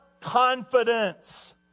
confidence